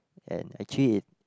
and actually it